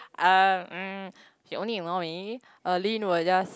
uh um she only ignore me uh lin will just